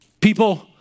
people